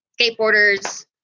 skateboarders